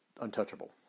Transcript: untouchable